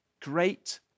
great